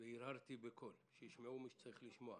הרהרתי בקול, שישמע מי שצריך לשמוע.